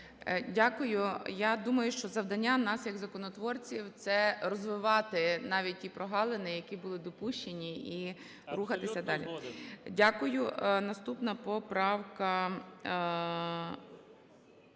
Дякую. Я думаю, що завдання нас, як законотворців – це розвивати навіть ті прогалини, які були допущені, і рухатися далі. Дякую. Наступна поправка